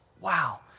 Wow